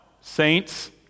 saints